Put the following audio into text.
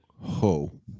Ho